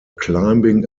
climbing